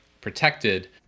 protected